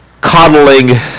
coddling